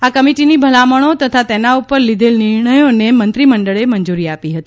આ કમિટીની ભલામણો તથા તેના ઉપર લીધેલ નિર્ણયોને મંત્રીમંડળે મંજૂરી આપી હતી